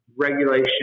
regulation